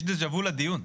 יש דז'ה וו לדיון.